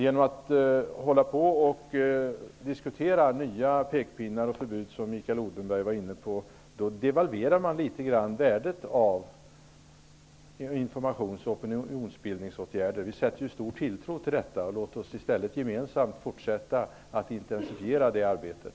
Genom att diskutera nya pekpinnar och förbud, vilket Mikael Odenberg var inne på, devalverar man värdet av informations och opinionsbildningsåtgärder litet grand. Vi sätter ju stor tilltro till detta. Låt oss i stället gemensamt fortsätta att intensifiera det arbetet.